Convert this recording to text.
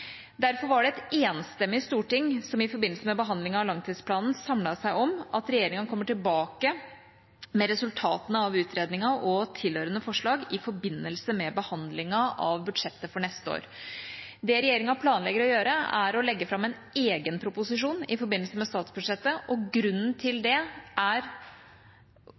Derfor var det et enstemmig storting som i forbindelse med behandlingen av langtidsplanen samlet seg om at regjeringa kommer tilbake med resultatene av utredningen og tilhørende forslag i forbindelse med behandlingen av budsjettet for neste år. Det regjeringa planlegger å gjøre, er å legge fram en egen proposisjon i forbindelse med statsbudsjettet. Grunnen til det er